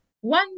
one